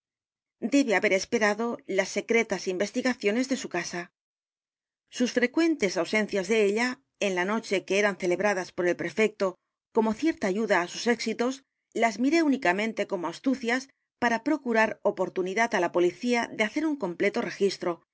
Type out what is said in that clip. debe haber esperado las secretas investigaciones dé su casa s u s frecuentes ausencias de ella en la noche que e r a n celebradas por el prefecto como cierta ayuda á s u s éxitos las miré únicamente como astucias para p r o c u r a r oportunidad á la policía de hacer un completó registro